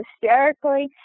hysterically